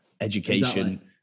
education